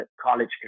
college